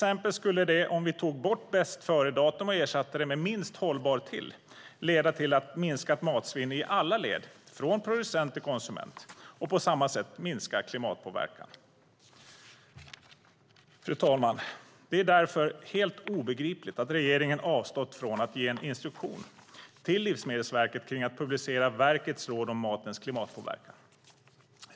Ersätter vi bästföredatum med minst-hållbar-till-datum skulle det leda till ett minskat matsvinn i alla led från producent till konsument och till minskad klimatpåverkan. Fru talman! Det är därför helt obegripligt att regeringen avstått från att ge en instruktion till Livsmedelsverket om att publicera verkets råd om matens klimatpåverkan.